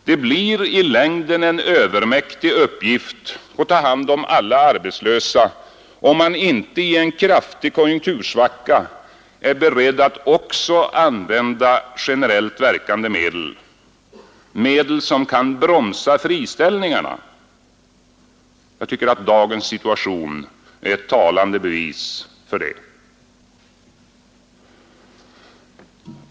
Det blir i längden en övermäktig uppgift att ta hand om alla arbetslösa, om man inte i en kraftig konjunktursvacka är beredd att också använda generellt verkande medel, medel som kan bromsa friställningarna. Jag menar att dagens situation är ett talande bevis för detta.